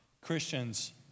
Christians